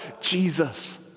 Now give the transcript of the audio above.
Jesus